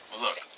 look